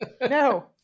No